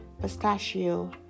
pistachio